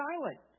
silent